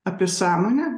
apie sąmonę